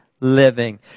living